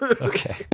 okay